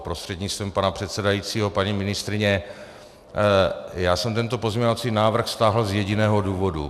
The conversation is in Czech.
Prostřednictvím pana předsedajícího paní ministryně, já jsem tento pozměňovací návrh stáhl z jediného důvodu.